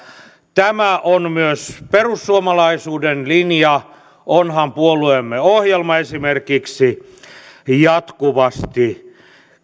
tämä on myös perussuomalaisuuden linja onhan puolueemme ohjelma esimerkiksi jatkuvasti